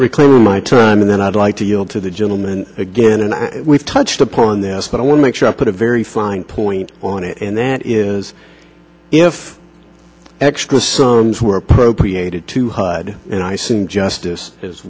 reclaiming my time and then i'd like to yield to the gentleman again and we've touched upon this but i want to make sure i put a very fine point on it and that is if extra songs were appropriated to hud and i sing justice as